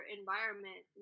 environment